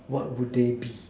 what would they be